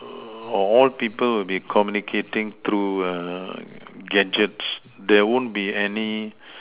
or all people will be communicating through err gadgets there won't be any